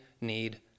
need